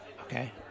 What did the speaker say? Okay